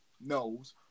knows